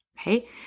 okay